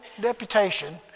deputation